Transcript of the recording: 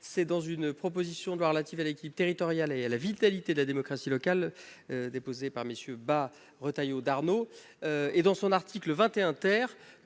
c'est dans une proposition de loi relative à l'équipe territoriale et à la vitalité de la démocratie locale, déposée par messieurs bah Retailleau d'Arnaud et dans son article 21 ter